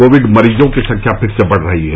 Covid मरीजों की संख्या फिर से बढ़ रही है